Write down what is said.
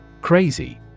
Crazy